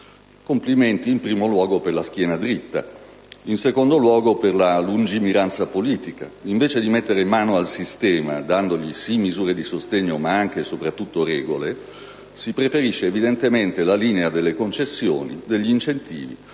Complimenti, in primo luogo, per la schiena diritta. In secondo luogo, per la lungimiranza politica: invece di mettere mano al sistema, dandogli sì misure di sostegno ma anche e soprattutto regole, si preferisce evidentemente la linea delle concessioni e degli incentivi